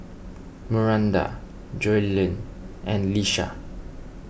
Miranda Joellen and Lisha